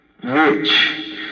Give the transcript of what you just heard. rich